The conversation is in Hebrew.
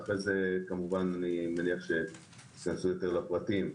ואז ניכנס לפרטים.